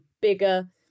bigger